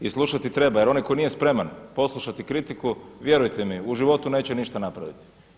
I slušati treba, jer onaj tko nije spreman poslušati kritiku vjerujte mi u životu neće ništa napraviti.